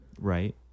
right